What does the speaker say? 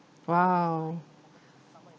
!wow!